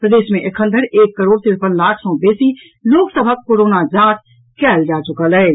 प्रदेश मे एखन धरि एक करोड़ तिरपन लाख सँ बेसी लोक सभक कोरोना जांच कयल जा चुकल अछि